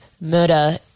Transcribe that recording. murder